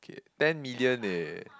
okay ten million eh